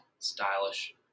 stylish